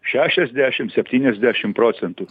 šešiasdešim septyniasdešim procentų